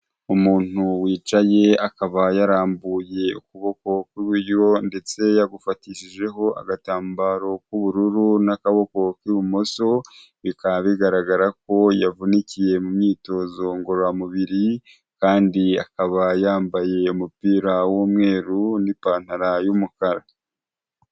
Umuntu wicaye, akaba yarambuye ukuboko kw'uburyo ndetse yagufatishijeho agatambaro k'ubururu n'akaboko k'ibumoso, bikaba bigaragara ko yavunikiye mu myitozo ngororamubiri kandi akaba yambaye umupira w'umweru n'ipantaro y'umukara.